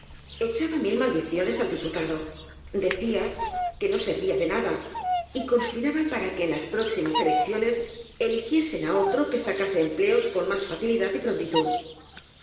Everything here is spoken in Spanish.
echaba mil maldiciones al diputado decía que no servía de nada y conspiraba para que en las próximas elec ciones eligiesen á otro que sacase empleos con más facilidad y prontitud